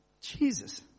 Jesus